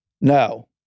No